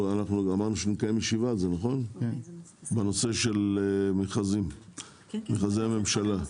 אמרנו שנקיים ישיבה בנושא מכרזי הממשלה.